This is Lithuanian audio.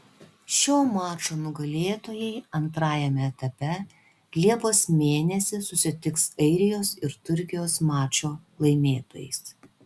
šio mačo nugalėtojai antrajame etape liepos mėnesį susitiks airijos ir turkijos mačo laimėtojais